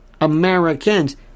Americans